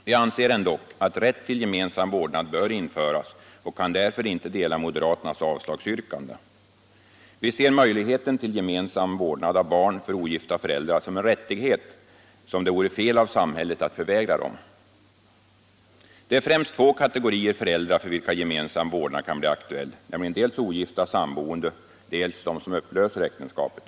Vi anser ändock att rätt till gemensam vårdnad bör införas och kan därför inte instämma moderaternas avslagsyrkande. Vi ser möjligheten för ogifta föräldrar till gemensam vårdnad av barn som en rättighet, som det vore fel av samhället att förvägra dem. Det är främst två kategorier föräldrar för vilka gemensam vårdnad av barnen kan bli aktuell, nämligen dels ogifta samboende, dels de som upplöser äktenskapet.